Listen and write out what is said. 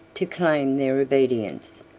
to claim their obedience,